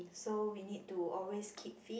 so we need to always keep fit